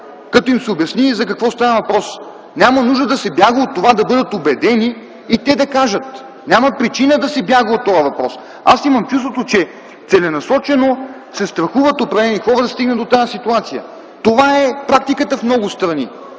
като им се обясни за какво става въпрос. Няма нужда да се бяга от това да бъдат убедени и те да кажат. Няма причина да се бяга от този въпрос. Аз имам чувството, че целенасочено определени хора се страхуват да стигнат до тази ситуация. Това е практиката в много страни